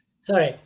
sorry